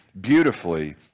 beautifully